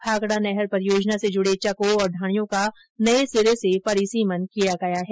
भाखड़ा नहर परियोजना से जुड़े चको और ढाणियों का नए सिरे से परिसिमन किया गया है